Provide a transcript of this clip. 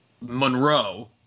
Monroe